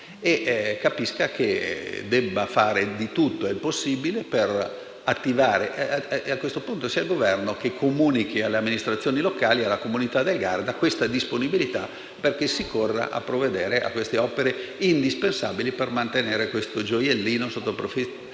e che deve fare tutto il possibile. A questo punto, sia il Governo a comunicare alle amministrazioni locali e alla comunità del Garda questa disponibilità, perché si corra a provvedere a queste opere indispensabili per mantenere questo gioiellino sotto il profilo